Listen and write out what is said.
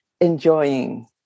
enjoying